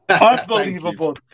Unbelievable